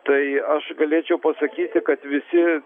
tai aš galėčiau pasakyti kad visi